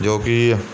ਜੋ ਕਿ